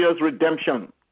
redemption